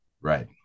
Right